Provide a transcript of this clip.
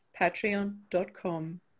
patreon.com